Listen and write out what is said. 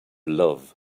love